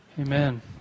Amen